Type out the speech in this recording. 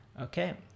Okay